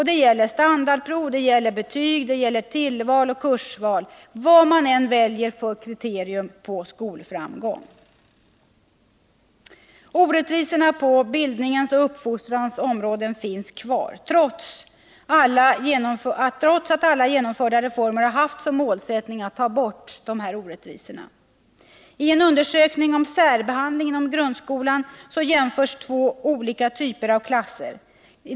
Det gäller standardprov, betyg, tillval och kursval — ja, vad man än väljer för kriterium på skolframgång. Orättvisorna på bildningens och uppfostrans område finns kvar, trots att alla genomförda reformer har syftat till att ta bort orättvisorna. I en undersökning om särbehandling inom grundskolan jämförs två olika typer av klasser.